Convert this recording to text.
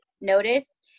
notice